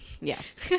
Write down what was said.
yes